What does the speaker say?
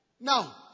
Now